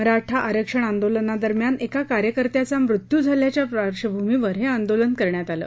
मराठा आरक्षण आंदोलनादरम्यान एका कार्यकर्त्यांचा मृत्यू झाल्याच्या पार्श्वभूमीवर हे आंदोलन करण्यात आलं